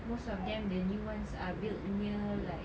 most of them the new ones are built near like